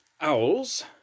owls